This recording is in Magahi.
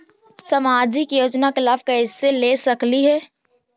सामाजिक योजना के लाभ कैसे ले सकली हे?